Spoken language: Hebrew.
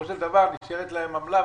ונשארת להם עמלה,